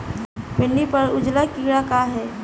भिंडी पर उजला कीड़ा का है?